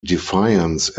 defiance